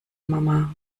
mama